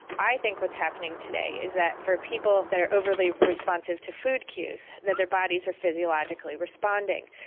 i think what's happening today is that for people that are overly responsive to food cues that their bodies are physiologically responding.